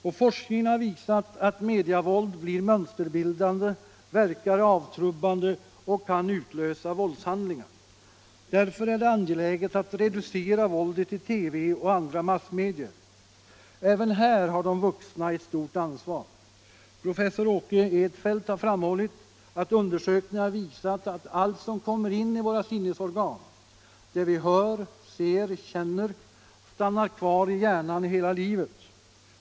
Och forskningen har visat att mediavåld blir mönsterbildande, verkar avtrubbande och kan utlösa våldshandlingar. Därför är det angeläget att reducera våldet i TV och andra massmedier. Även här har de vuxna ett stort ansvar. Professor Åke Edfeldt har framhållit att undersökningar visar att allt som kommer in i våra sinnesorgan — det vi hör, ser, känner — stannar kvar i hjärnan hela livet.